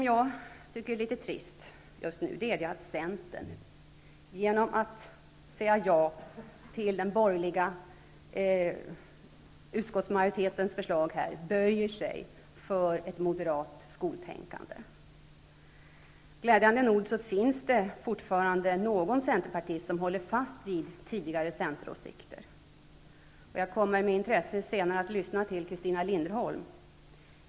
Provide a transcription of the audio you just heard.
Jag tycker att det är litet trist att Centern genom att säga ja till den borgerliga utskottsmajoritetens förslag böjer sig för ett moderat skoltänkande. Glädjande nog finns det fortfarande någon centerpartist som håller fast vid tidigare centeråsikter. Jag kommer med intresse att senare lyssna till Christina Linderholm.